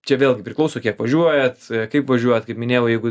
čia vėlgi priklauso kiek važiuojat kaip važiuojat kaip minėjau jeigu